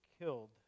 killed